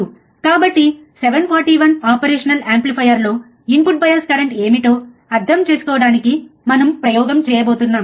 కాబట్టి 741 operational amplifier లో input bias current ఏమిటో అర్థం చేసుకోవడానికి మనము ప్రయోగం చేయబోతున్నాం